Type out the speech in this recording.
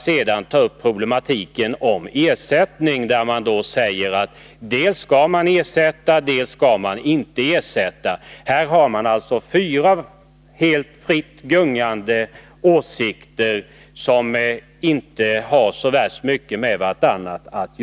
Sedan skall problematiken om ersättning tas upp, och där säger man dels att ersättning skall utgå, dels att ersättning inte skall utgå. Här har man alltså fyra helt fritt gungande åsikter, som inte har så värst mycket att göra med varandra.